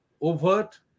overt